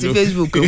Facebook